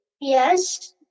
Yes